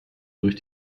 durch